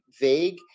vague